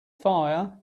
fire